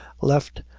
left,